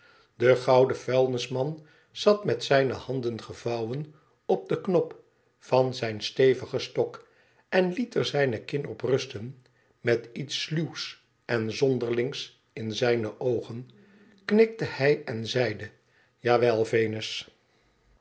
de gouden vuilnisman zat met zijne handen gevouwen op den knop van zijn stevigen stok en liet er zijne kin op rusten met iets sluws en zonderlings in zijne oogen knikte hij en zeide